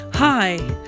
Hi